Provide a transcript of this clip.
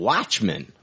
Watchmen